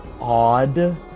odd